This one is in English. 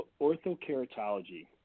Orthokeratology